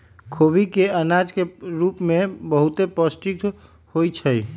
खोबि के अनाज के रूप में बहुते पौष्टिक होइ छइ